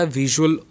visual